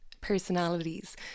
personalities